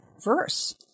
verse